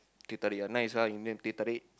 teh-tarik ah nice lah Indian teh-tarik